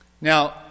Now